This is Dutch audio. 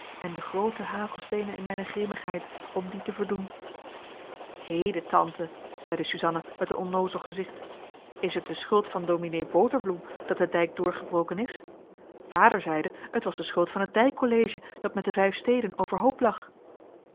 toorn ende groote hagelsteenen in mijne grimmigheyt om dien te verdoen heden tante zeide suzanna met een onnoozel gezicht is het de schuld van ds boterbloem dat de dijk doorgebroken is vader zeide het was de schuld van het dijkcollege dat met de vijf steden overhoop lag